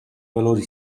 valori